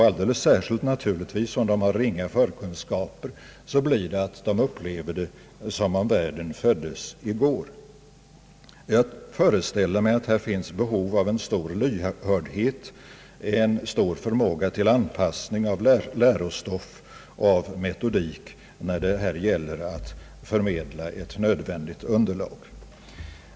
Alldeles särskilt för den som har ringa förkunskaper förefaller det som om världen föddes i går. Jag föreställer mig att här finns behov av en stor lyhördhet, en stor förmåga till anpassning av lärostoff och metodik när det gäller att förmedla ett nödvändigt underlag.